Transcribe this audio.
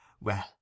Well